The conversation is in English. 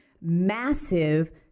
massive